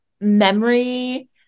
memory